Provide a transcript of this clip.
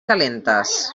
calentes